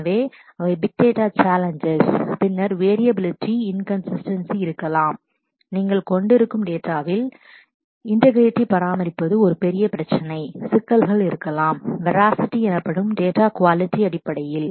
எனவே அவை big data challenges challenges பின்னர் வேரியபிலிட்டி இன்கன்சிஸ்டெண்சி variability inconsistency இருக்கலாம் நீங்கள் கொண்டு இருக்கும் டேட்டாவில் ஏனெனில் இன்டெக்ரிட்டி integrity பராமரிப்பது ஒரு ஒரு பெரிய பிரச்சனை சிக்கல்கள் இருக்கலாம் வேராஸிட்டி Veracity எனப்படும் டேட்டா குவாலிட்டி quality அடிப்படையில்